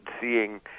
seeing